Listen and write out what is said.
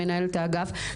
מנהלת האגף,